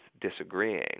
disagreeing